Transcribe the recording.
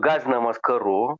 gąsdinamas karu